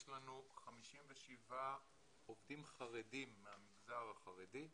יש לנו 57 עובדים חרדים מהמגזר החרדי,